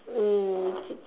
um